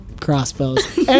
crossbows